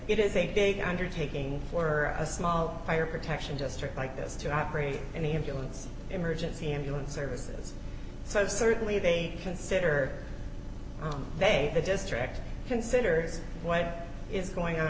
it is a big undertaking for a small fire protection district like this to operate any of dillon's emergency ambulance services so certainly they consider they the district considers what is going on